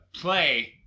play